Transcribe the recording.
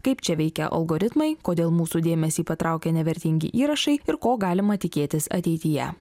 kaip čia veikia algoritmai kodėl mūsų dėmesį patraukė ne vertingi įrašai ir ko galima tikėtis ateityje